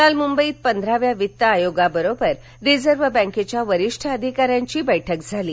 काल मुंबईत पंथराव्या वित्त आयोगाबरोबर रिझर्व बँकेच्या वरीष्ठ अधिकाऱ्यांची बैठक झाली